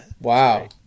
Wow